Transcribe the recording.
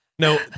no